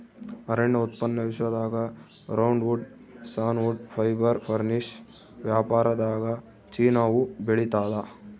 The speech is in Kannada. ಅರಣ್ಯ ಉತ್ಪನ್ನ ವಿಶ್ವದಾಗ ರೌಂಡ್ವುಡ್ ಸಾನ್ವುಡ್ ಫೈಬರ್ ಫರ್ನಿಶ್ ವ್ಯಾಪಾರದಾಗಚೀನಾವು ಬೆಳಿತಾದ